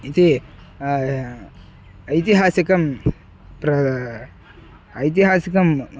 इति ऐतिहासिकं प्राक् ऐतिहासिकम्